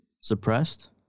suppressed